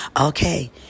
Okay